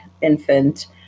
infant